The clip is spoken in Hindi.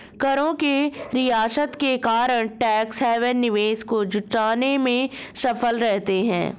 करों के रियायत के कारण टैक्स हैवन निवेश को जुटाने में सफल रहते हैं